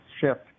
shift